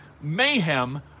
mayhem